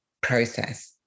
process